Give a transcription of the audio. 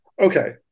Okay